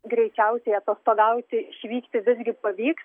greičiausiai atostogauti išvykti visgi pavyks